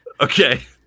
Okay